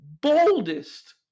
boldest